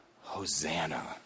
Hosanna